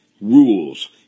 rules